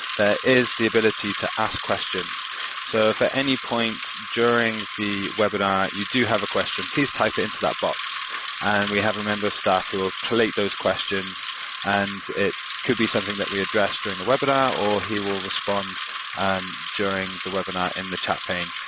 is the ability to ask questions so for any point during the webinar, you do have a question, please type into that box and we have a member staff who will collate those questions and it could be something that we address during the webinar or he will respond um during the webinar in the chat pane,